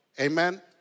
Amen